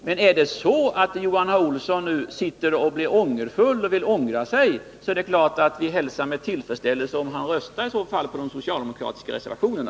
Men är det så att Johan Olsson nu vill ångra sig, är det klart att vi hälsar med tillfredsställelse om han röstar på de socialdemokratiska reservationerna.